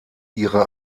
ihre